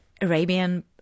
Arabian